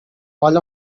all